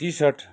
T shirt